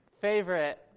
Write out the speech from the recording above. favorite